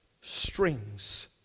strings